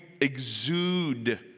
exude